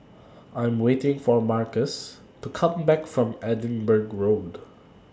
I Am waiting For Marques to Come Back from Edinburgh Road